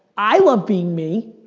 i love being me,